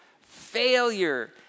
failure